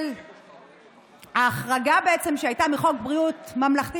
של ההחרגה שהייתה מחוק בריאות ממלכתי